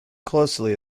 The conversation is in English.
closely